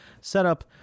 setup